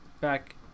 back